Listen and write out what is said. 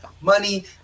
money